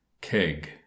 keg